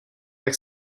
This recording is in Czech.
jak